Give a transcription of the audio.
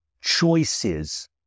choices